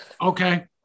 Okay